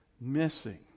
missing